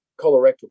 colorectal